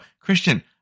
Christian